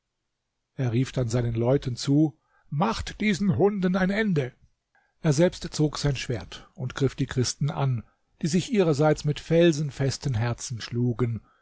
er rief dann seinen leuten zu macht diesen hunden ein ende er selbst zog sein schwert und griff die christen an die sich ihrerseits mit felsenfesten herzen schlugen